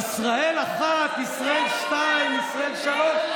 מספיק עם זה, ישראל אחת, ישראל שתיים, ישראל שלוש.